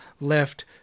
left